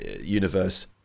universe